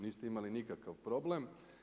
Niste imali nikakav problem.